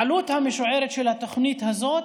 העלות המשוערת של התוכנית הזאת,